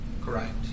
Correct